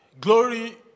Glory